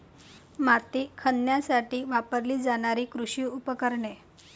माती खणण्यासाठी वापरली जाणारी कृषी उपकरणे